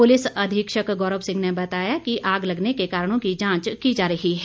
police अधीक्षक गौरव सिंह ने आग लगने के कारणों की जांच की जा रही है